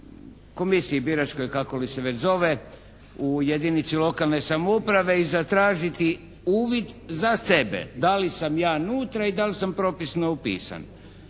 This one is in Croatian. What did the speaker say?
komisiji biračkoj kako li se već zove u jedinici lokalne samouprave i zatražiti uvid za sebe, da li sam ja unutra i da li sam propisno upisan.